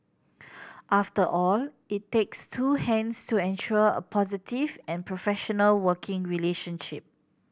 after all it takes two hands to ensure a positive and professional working relationship